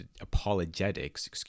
apologetics